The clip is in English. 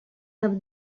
have